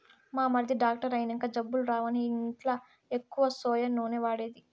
మా మరిది డాక్టర్ అయినంక జబ్బులు రావని ఇంట్ల ఎక్కువ సోయా నూనె వాడేది